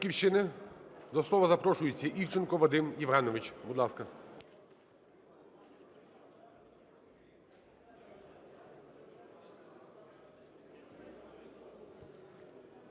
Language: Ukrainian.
до слова запрошується Івченко Вадим Євгенович.